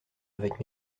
avec